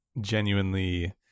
genuinely